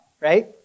right